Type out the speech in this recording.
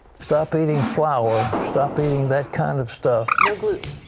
stop eating flour, stop eating that kind of stuff. no gluten.